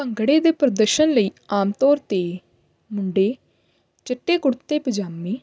ਭੰਗੜੇ ਦੇ ਪ੍ਰਦਰਸ਼ਨ ਲਈ ਆਮ ਤੌਰ ਤੇ ਮੁੰਡੇ ਚਿੱਟੇ ਕੁੜਤੇ ਪਜਾਮੇ